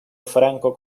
franco